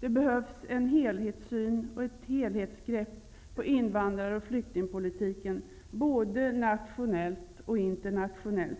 Det behövs en helhetssyn och ett helhetsgrepp på invandrar och flyktingpolitiken, både nationellt och internationellt.